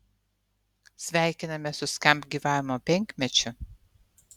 sveikiname su skamp gyvavimo penkmečiu